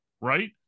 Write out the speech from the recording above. right